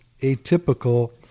atypical